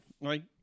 right